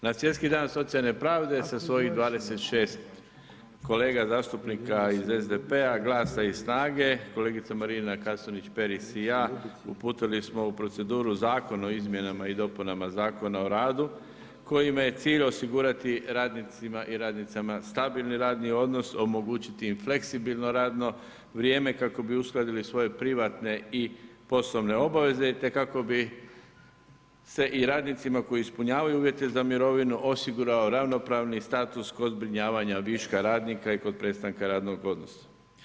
Na svjetski dan socijalne pravde da sa svojih 26 kolega zastupnika iz SDP-a, GLAS-a i SNAGA-e, kolegica Marina Kasunić Peris i ja uputili smo u proceduru zakon o izmjenama i dopunama Zakona o radu, kojime je cilj osigurati radnicima i radnicama stabilni radni odnos, omogućiti im fleksibilno radno vrijeme kako bi uskladili svoje privatne i poslovne obaveze te kako bi se i radnicima koji ispunjavaju uvjete za mirovinu osigurao ravnopravni status kod zbrinjavanja viška radnika i kod prestanka radnog odnosa.